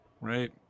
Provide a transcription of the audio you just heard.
Right